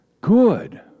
good